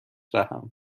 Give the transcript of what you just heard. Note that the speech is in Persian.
دهم